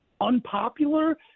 unpopular